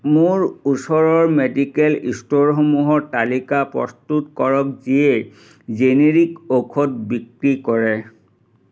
মোৰ ওচৰৰ মেডিকেল ষ্ট'ৰসমূহৰ তালিকা প্ৰস্তুত কৰক যিয়ে জেনেৰিক ঔষধ বিক্ৰী কৰে